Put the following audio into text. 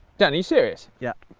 dan, are you serious? yep.